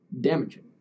damaging